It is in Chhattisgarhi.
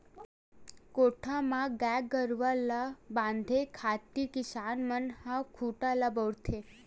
कोठा म गाय गरुवा ल बांधे खातिर किसान मन ह खूटा ल बउरथे